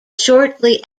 shortly